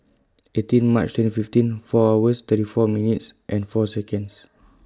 eighteen March twenty fifteen four hours thirty four minutes and four Seconds